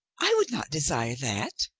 i would not desire that.